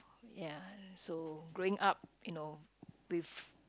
ya so growing up you know with